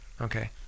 okay